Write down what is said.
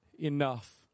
Enough